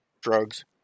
drugs